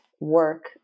work